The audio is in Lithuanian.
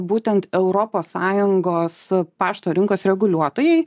būtent europos sąjungos a pašto rinkos reguliuotojai